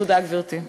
תודה, גברתי.